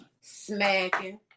Smacking